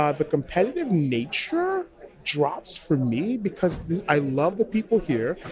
ah the competitive nature drops for me, because i love the people here,